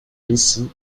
missy